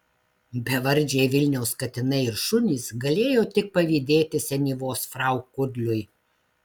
bevardžiai vilniaus katinai ir šunys galėjo tik pavydėti senyvos frau kudliui